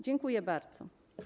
Dziękuję bardzo.